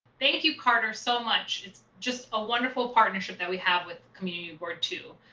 thank you, carter, so much. it's just a wonderful partnership that we have with community board two.